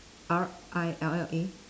R I L L A